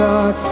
God